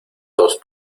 dos